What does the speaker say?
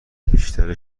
بیشتر